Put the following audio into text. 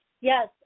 Yes